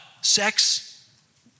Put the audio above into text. sex